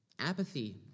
Apathy